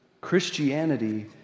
Christianity